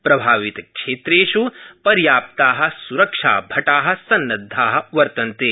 प्रभावितक्षेत्रेष् पर्याप्ता सुरक्षाभटा सन्नदधा वर्तन्ते